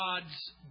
God's